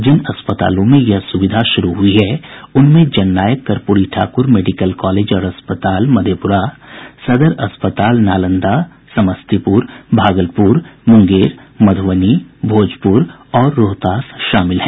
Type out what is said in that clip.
जिन अस्पतालों में यह सुविधा शुरू हुई है उनमें जननायक कर्पूरी ठाकुर मेडिकल कॉलेज और अस्पताल मधेपुरा सदर अस्पताल नालंदा समस्तीपुर भागलपुर मुंगेर मधुबनी भोजपुर और रोहतास शामिल हैं